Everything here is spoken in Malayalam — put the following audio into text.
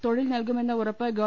തൊഴിൽ നൽകുമെന്ന ഉറപ്പ് ഗവ